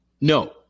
No